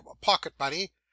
pocket-money